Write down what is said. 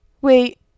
wait